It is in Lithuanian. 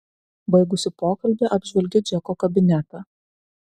baigusi pokalbį apžvelgiu džeko kabinetą